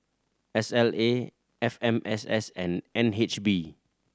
S L A F M S S and N H B